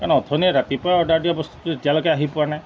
কাৰণ অথনি ৰাতিপুৱাই অৰ্ডাৰ দিয়া বস্তুটো এতিয়ালৈকে আহি পোৱা নাই